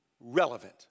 relevant